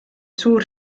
suur